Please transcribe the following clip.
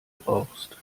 brauchst